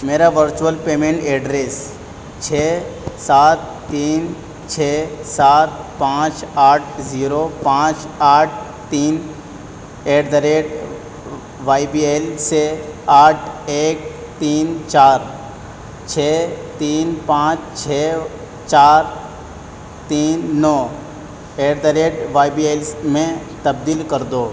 میرا virtual payment address چھ سات تین چھ سات پانچ آٹھ زیرو پانچ آٹھ تین at the rate Y B L سے آٹھ ایک تین چار چھ تین پانچ چھ چار تین نو at the rate Y B L میں تبدیل کر دو